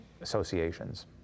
associations